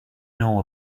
know